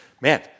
Man